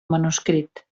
manuscrit